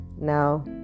now